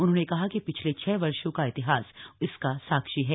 उन्होंने कहा कि पिछले छह वर्षो का इतिहास इसका साक्षी है